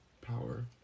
power